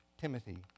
Timothy